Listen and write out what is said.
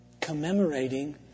commemorating